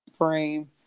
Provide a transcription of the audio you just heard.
frame